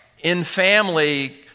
in-family